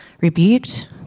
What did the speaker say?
rebuked